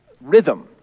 rhythm